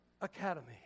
Academy